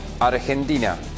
Argentina